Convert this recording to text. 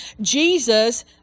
Jesus